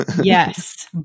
Yes